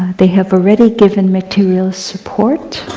they have already given material support,